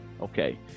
Okay